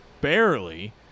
barely